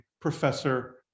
Professor